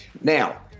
now